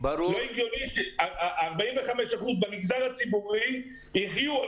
לא הגיוני ש-40% מהמגזר הציבורי יחיו על